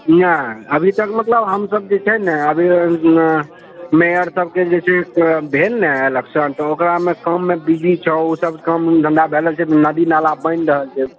ईहाँ अभीतक मतलब हमसब जे छै ने अभी मेयर सबके जे छै भेल ने इलेक्शन तऽ ओकरा मे काम मे बिजी छौ ओ सब काम धंधा भए रहल छै नदी नाला बनि रहल छै